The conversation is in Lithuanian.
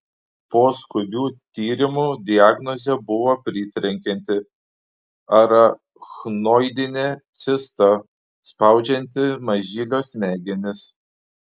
po skubių tyrimų diagnozė buvo pritrenkianti arachnoidinė cista spaudžianti mažylio smegenis